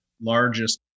largest